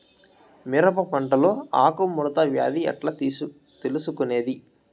మిరప పంటలో ఆకు ముడత వ్యాధి ఎట్లా తెలుసుకొనేది?